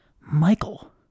Michael